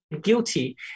guilty